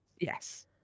Yes